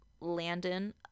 Landon